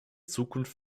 zukunft